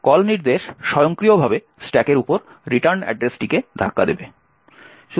call নির্দেশ স্বয়ংক্রিয়ভাবে স্ট্যাকের উপর রিটার্ন ঠিকানাটিকে ধাক্কা দেবে